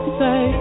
say